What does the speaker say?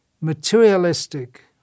materialistic